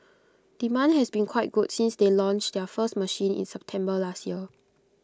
demand has been quite good since they launched their first machine in September last year